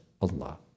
Allah